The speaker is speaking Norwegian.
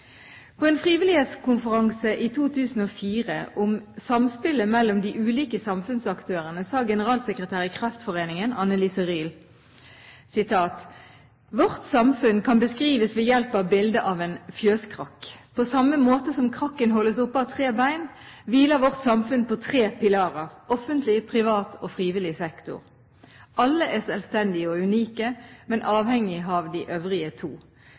På en frivillighetskonferanse i 2004 om samspillet mellom de ulike samfunnsaktørene sa generalsekretær i Kreftforeningen, Anne Lise Ryel: «Vårt samfunn kan beskrives ved hjelp av bildet av en fjøskrakk! På samme måte som krakken holdes oppe av tre bein, hviler vårt samfunn på tre pilarer: offentlig, privat og frivillig sektor. Alle er selvstendige og unike, men avhengig av de øvrige to: